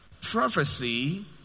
prophecy